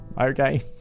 Okay